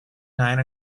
nine